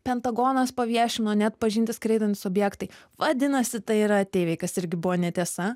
pentagonas paviešino neatpažinti skraidantys objektai vadinasi tai yra ateiviai kas irgi buvo netiesa